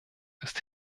ist